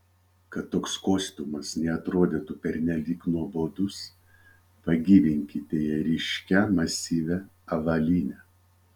kad toks kostiumas neatrodytų pernelyg nuobodus pagyvinkite jį ryškia masyvia avalyne